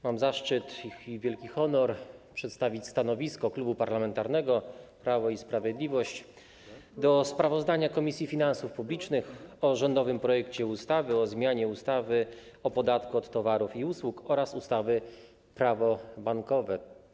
Mam zaszczyt i wielki honor przedstawić stanowisko Klubu Parlamentarnego Prawo i Sprawiedliwość co do sprawozdania Komisji Finansów Publicznych o rządowym projekcie ustawy o zmianie ustawy o podatku od towarów i usług oraz ustawy - Prawo bankowe.